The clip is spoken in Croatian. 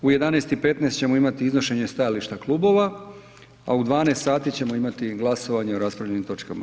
U 11,15 ćemo imati iznošenje stajališta klubova, a u 12 sati ćemo imati glasovanje o raspravljenim točkama.